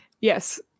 Yes